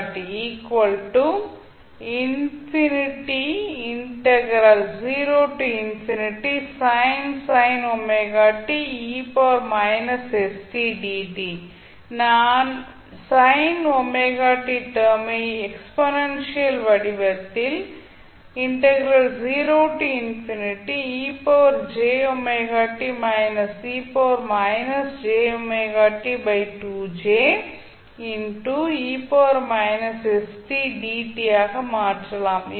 எனவே நாம் sin ωt term ஐ எக்ஸ்பொனென்ஷியயல் வடிவத்தில் ஆக மாற்றலாம்